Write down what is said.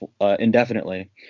indefinitely